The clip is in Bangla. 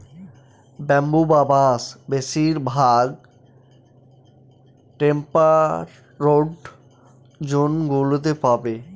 ব্যাম্বু বা বাঁশ বেশিরভাগ টেম্পারড জোন গুলোতে পাবে